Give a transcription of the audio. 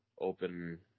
Open